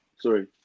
Sorry